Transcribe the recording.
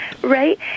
Right